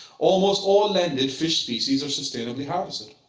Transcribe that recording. almost all landed fish species are sustainably harvested.